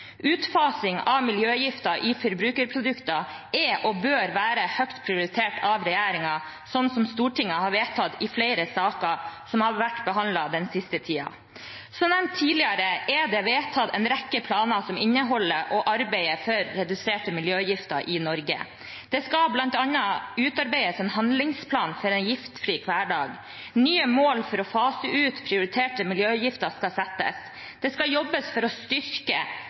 Utfasing av miljøgifter i forbrukerprodukter er og bør være høyt prioritert av regjeringen, slik Stortinget har vedtatt i flere saker som har vært behandlet den siste tiden. Som nevnt tidligere er det vedtatt en rekke planer som inneholder og arbeider for reduserte miljøgifter i Norge. Det skal bl.a. utarbeides en handlingsplan for en giftfri hverdag. Nye mål for å fase ut prioriterte miljøgifter skal settes. Det skal jobbes for å styrke